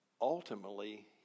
Ultimately